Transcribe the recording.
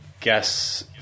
guess